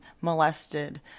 molested